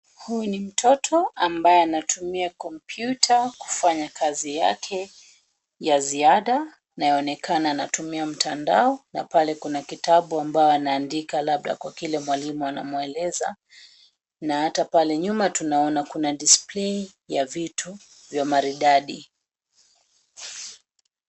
Huyu ni mtoto ambaye anatumia kompyuta kufanya kazi yake ya ziada. Inaonekana anatumia mtandao, na pale kuna kitabu ambayo anandika labda kwa kile mwalimu anamueleza na ata pale nyuma tunaona kuna display ya vitu vya maridadi.